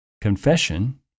Confession